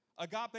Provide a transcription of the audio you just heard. Agape